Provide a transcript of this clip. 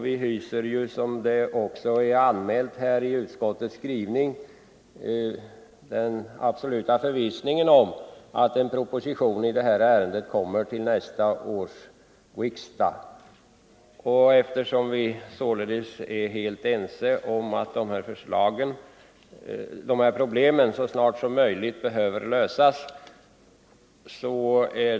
Vi hyser, som vi anmält i betänkandet, en absolut förvissning att det kommer en proposition i detta ärende till nästa års riksdag. Vi är således helt ense om att dessa problem så snart som möjligt måste lösas.